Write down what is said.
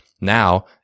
now